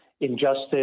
injustice